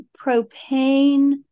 propane